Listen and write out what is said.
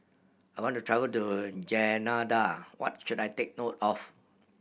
I want to travel to Grenada what should I take note of